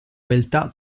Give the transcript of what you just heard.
beltà